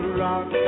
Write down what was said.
rock